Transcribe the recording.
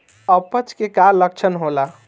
अपच के का लक्षण होला?